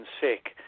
sick